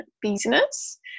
business